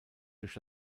durch